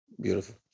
Beautiful